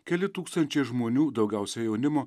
keli tūkstančiai žmonių daugiausia jaunimo